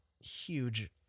huge